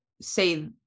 say